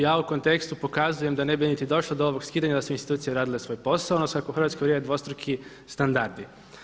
Ja u kontekstu pokazujem da ne bi niti došlo do ovog skidanja da su institucije radile svoj posao, odnosno ako u Hrvatskoj vrijede dvostruki standardi.